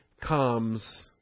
comes